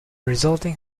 resulting